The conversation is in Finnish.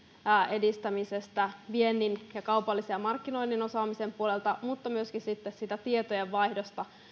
edistämisestä viennin ja kaupallisen markkinoinnin osaamisen puolelta mutta myöskin siitä tietojen vaihdosta